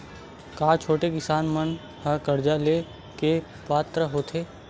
का छोटे किसान मन हा कर्जा ले के पात्र होथे?